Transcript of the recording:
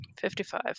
Fifty-five